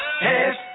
hands